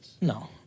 No